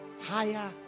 higher